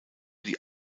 die